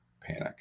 panic